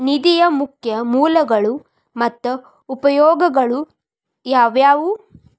ನಿಧಿಯ ಮುಖ್ಯ ಮೂಲಗಳು ಮತ್ತ ಉಪಯೋಗಗಳು ಯಾವವ್ಯಾವು?